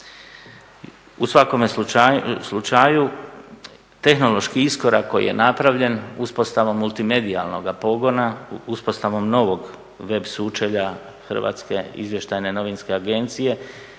U svakome slučaju tehnološki iskorak koji je napravljen uspostavom multimedijalnoga pogona, uspostavom novog web sučelja Hrvatske izvještajne novinske agencije